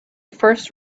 first